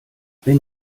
wenn